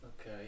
okay